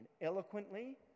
eloquently